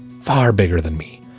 far bigger than me,